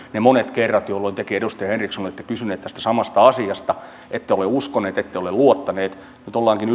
monet kerrat tekin edustaja henriksson olette kysynyt tästä samasta asiasta ettekä ole uskonut ette ole luottanut nyt ollaankin